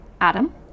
Adam